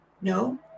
No